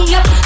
up